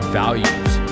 values